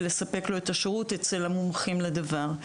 לספק לו את השירות אצל המומחים לדבר.